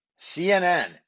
CNN